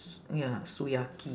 ya